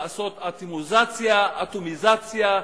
לעשות אטומיזציה,